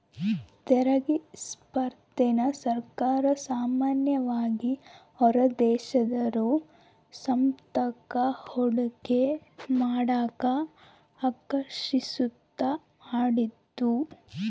ತೆರಿಗೆ ಸ್ಪರ್ಧೆನ ಸರ್ಕಾರ ಸಾಮಾನ್ಯವಾಗಿ ಹೊರದೇಶದೋರು ನಮ್ತಾಕ ಹೂಡಿಕೆ ಮಾಡಕ ಆಕರ್ಷಿಸೋದ್ಕ ಮಾಡಿದ್ದು